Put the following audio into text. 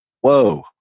whoa